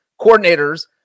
coordinators